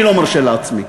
אני לא מרשה לעצמי.